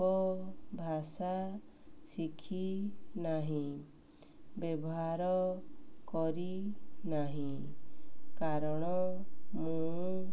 ଉପଭାଷା ଶିଖିନାହିଁ ବ୍ୟବହାର କରିନାହିଁ କାରଣ ମୁଁ